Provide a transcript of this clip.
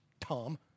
Tom